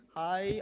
hi